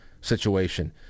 situation